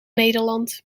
nederland